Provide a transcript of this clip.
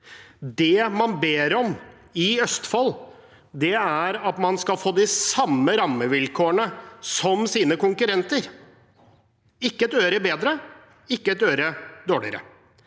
Det man ber om i Østfold, er at man skal få de samme rammevilkårene som sine konkurrenter – ikke et øre bedre, ikke et øre dårligere.